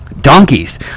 Donkeys